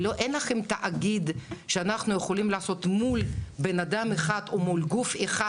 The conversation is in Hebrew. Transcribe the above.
אין לכם תאגיד שאנחנו יכולים לעשות מול בן אדם או מול גוף אחד,